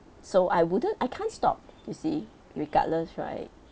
so I wouldn't I can't stop you see regardless right